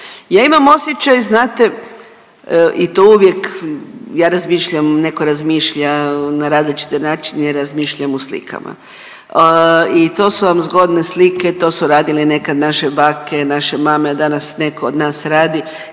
Ja imam osjećaj znate i to uvijek, ja razmišljam, netko razmišlja na različite načine, ja razmišljam u slikama. I to su vam zgodne slike, to su radili nekad naše bake, naše mame, a danas netko od nas radi